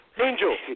Angel